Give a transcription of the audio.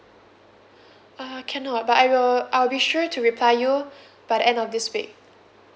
uh cannot but I will I'll be sure to reply you by end of this week